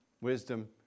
Wisdom